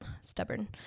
Stubborn